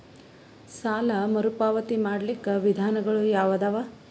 ಸಾಲ ಮರುಪಾವತಿ ಮಾಡ್ಲಿಕ್ಕ ವಿಧಾನಗಳು ಯಾವದವಾ?